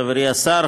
חברי השר,